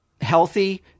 healthy